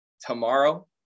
tomorrow